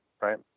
right